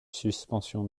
suspension